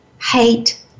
hate